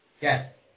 Yes